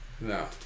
No